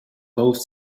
both